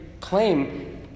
claim